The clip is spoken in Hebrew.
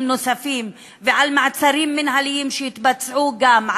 נוספים ועל מעצרים מינהליים שיתבצעו גם,